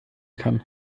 kann